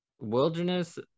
Wilderness